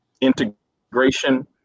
Integration